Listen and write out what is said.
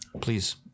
please